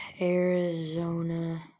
Arizona